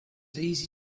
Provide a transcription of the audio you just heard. easy